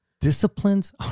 Disciplines